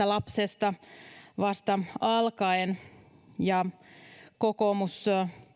lapsesta alkaen ja kokoomus